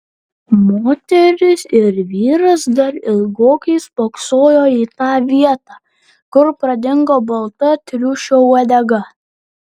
moteris ir vyras dar ilgokai spoksojo į tą vietą kur pradingo balta triušio uodega